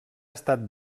estat